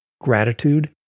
Gratitude